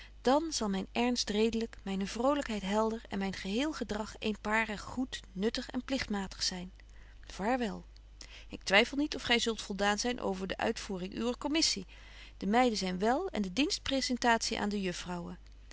dan zal myn ernst redelyk myne vrolykheid helder en myn geheel gedrag eenparig goed nuttig en pligtmatig zyn vaarwel ik twyffel niet of gy zult voldaan zyn over de uitvoering uwer commissie de meiden zyn wèl en de dienstpresentatie aan de juffrouwen